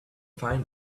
find